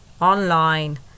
online